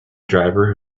driver